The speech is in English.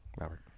Robert